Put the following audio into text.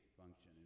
function